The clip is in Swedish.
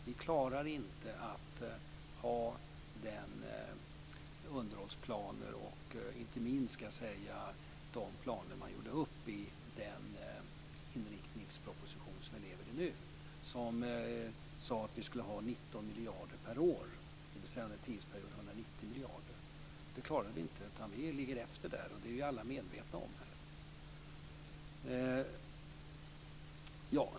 Vi klarar inte att ha de underhållsplaner och inte minst de planer man gjorde upp i den inriktningsproposition vi lever i nu. De sade att vi skulle ha 19 miljarder per år, dvs. 190 miljarder under en tioårsperiod. Det klarar vi inte. Vi ligger efter där. Det är vi alla medvetna om här.